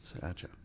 Gotcha